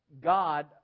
god